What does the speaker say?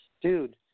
Dude